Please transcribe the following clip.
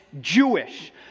Jewish